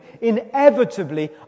inevitably